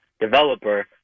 developer